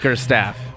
staff